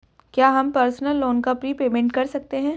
क्या हम personal loan का प्रीपेमेंट कर सकते हैं?